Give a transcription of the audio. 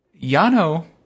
Yano